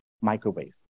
microwave